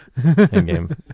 Endgame